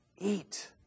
Eat